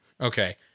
Okay